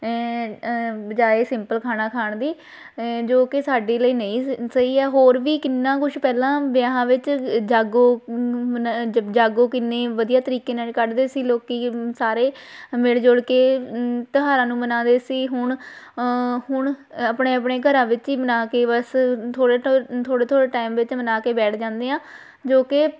ਬਜਾਏ ਸਿੰਪਲ ਖਾਣਾ ਖਾਣ ਦੀ ਜੋ ਕਿ ਸਾਡੇ ਲਈ ਨਹੀਂ ਸ ਸਹੀ ਹੈ ਹੋਰ ਵੀ ਕਿੰਨਾ ਕੁਛ ਪਹਿਲਾਂ ਵਿਆਹਾਂ ਵਿੱਚ ਜਾਗੋ ਮਨ ਜਾਗੋ ਕਿੰਨੀ ਵਧੀਆ ਤਰੀਕੇ ਨਾਲ ਕੱਢਦੇ ਸੀ ਲੋਕੀਂ ਸਾਰੇ ਮਿਲ ਜੁਲ ਕੇ ਤਿਉਹਾਰਾਂ ਨੂੰ ਮਨਾਉਂਦੇ ਸੀ ਹੁਣ ਹੁਣ ਆਪਣੇ ਆਪਣੇ ਘਰਾਂ ਵਿੱਚ ਹੀ ਮਨਾ ਕੇ ਬਸ ਥੋੜ ਥੋ ਥੋੜੇ ਥੋੜੇ ਟਾਈਮ ਵਿੱਚ ਮਨਾ ਕੇ ਬੈਠ ਜਾਂਦੇ ਹਾਂ ਜੋ ਕਿ